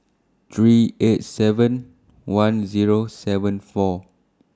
three eight seven eight one Zero seven four